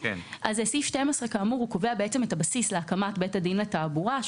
סעיף 12 קובע בעצם את הבסיס להקמת בית דין לתעבורה,